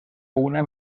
una